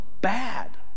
bad